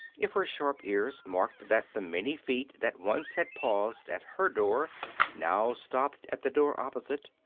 if her sharp ears marked that the many feet that once had paused at her door now stopped at the door opposite,